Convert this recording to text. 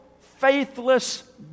faithless